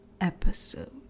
episode